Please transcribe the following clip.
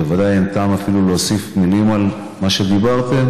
ובוודאי אין טעם אפילו להוסיף מילים על מה שדיברתם,